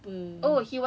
ya and he